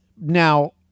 Now